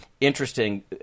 interesting